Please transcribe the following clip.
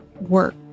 work